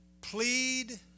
plead